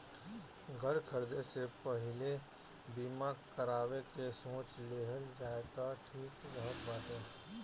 घर खरीदे से पहिले बीमा करावे के सोच लेहल जाए तअ ठीक रहत बाटे